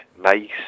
nice